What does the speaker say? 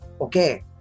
Okay